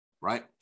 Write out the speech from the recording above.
right